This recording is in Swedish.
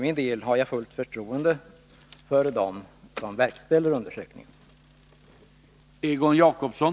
Jag har fullt förtroende för dem som verkställer undersökningen.